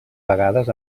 vegades